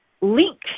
link